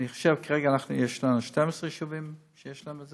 אני חושב שכרגע יש 12 יישובים שיש להם,